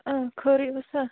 خٲرٕے اوسا